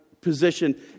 position